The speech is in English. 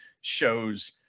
shows